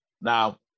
Now